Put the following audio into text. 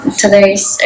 today's